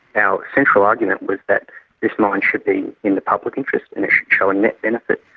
our central argument was that this mine should be in the public interest and it should show a net benefit.